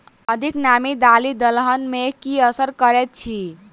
अधिक नामी दालि दलहन मे की असर करैत अछि?